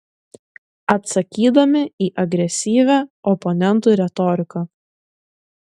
atsakydami į agresyvią oponentų retoriką